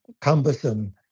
cumbersome